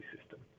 system